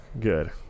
Good